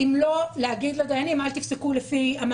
אם מדינת ישראל תפסוק שעל פי דין תורה